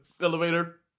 elevator